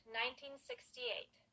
1968